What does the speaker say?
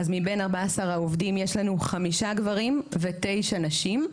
אז מבין 14 העובדים יש לנו 5 גברים ו-9 נשים.